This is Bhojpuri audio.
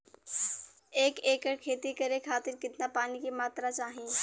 एक एकड़ खेती करे खातिर कितना पानी के मात्रा चाही?